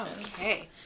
Okay